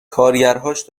کارگرهاش